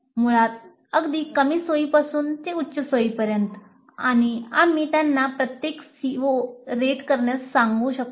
मुळात अगदी कमी सोईपासून ते उच्च सोईपर्यंत आणि आम्ही त्यांना प्रत्येक CO रेट करण्यास सांगू शकतो